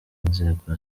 inzego